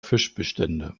fischbestände